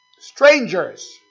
strangers